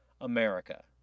America